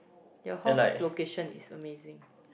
your house location is amazing